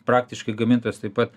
praktiškai gamintojas taip pat